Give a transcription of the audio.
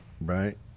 Right